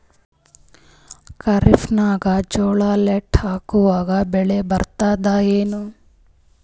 ಖರೀಫ್ ನಾಗ ಜೋಳ ಲೇಟ್ ಹಾಕಿವ ಬೆಳೆ ಬರತದ ಏನು?